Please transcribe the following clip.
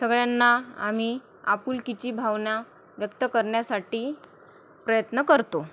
सगळ्यांना आम्ही आपुलकीची भावना व्यक्त करण्यासाठी प्रयत्न करतो